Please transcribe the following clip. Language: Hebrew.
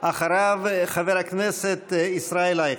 אחריו, חבר הכנסת ישראל אייכלר.